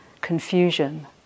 confusion